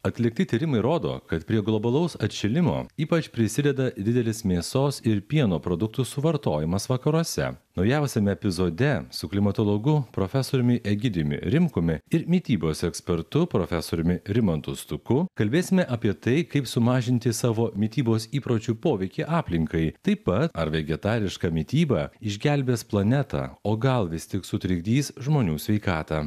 atlikti tyrimai rodo kad prie globalaus atšilimo ypač prisideda didelis mėsos ir pieno produktų suvartojimas vakaruose naujausiame epizode su klimatologu profesoriumi egidijumi rimkumi ir mitybos ekspertu profesoriumi rimantu stuku kalbėsime apie tai kaip sumažinti savo mitybos įpročių poveikį aplinkai taip pat ar vegetariška mityba išgelbės planetą o gal vis tik sutrikdys žmonių sveikatą